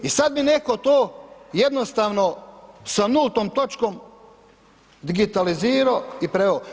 I sada bi netko to jednostavno sa nultom točkom digitalizirao i preveo.